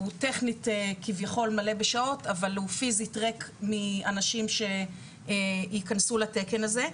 טכנית כביכול מלא בשעות אבל הוא פיזית ריק מאנשים שיכנסו לתקן הזה.